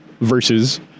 Versus